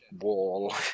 wall